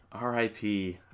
Rip